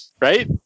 Right